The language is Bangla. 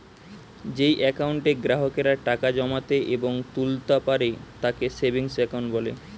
যেই একাউন্টে গ্রাহকেরা টাকা জমাতে এবং তুলতা পারে তাকে সেভিংস একাউন্ট বলে